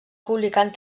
publicant